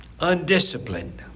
Undisciplined